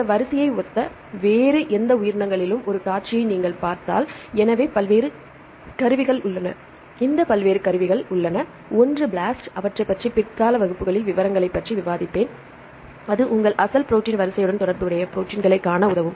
இந்த வரிசையை ஒத்த வேறு எந்த உயிரினங்களிலும் ஒரு காட்சியை நீங்கள் பார்த்தால் எனவே பல்வேறு கருவிகள் உள்ளன இங்கே பல்வேறு கருவிகள் உள்ளன ஒன்று BLAST அவற்றை பற்றி பிற்கால வகுப்புகளில் விவரங்களைப் பற்றி விவாதிப்பேன் இது உங்கள் அசல் ப்ரோடீன் வரிசையுடன் தொடர்புடைய ப்ரோடீன்களைக் காண உதவும்